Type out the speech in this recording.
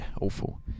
awful